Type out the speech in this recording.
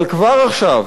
אבל כבר עכשיו,